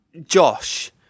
Josh